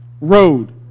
road